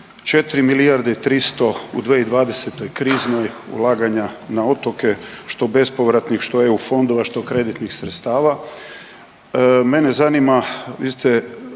4 milijarde i 300 u 2020.kriznoj ulaganja na otoke što bespovratnih, što eu fondova, što kreditnih sredstava,